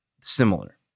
similar